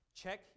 Check